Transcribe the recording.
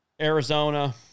Arizona